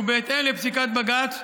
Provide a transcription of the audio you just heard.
ובהתאם לפסיקת בג"ץ,